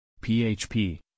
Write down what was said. PHP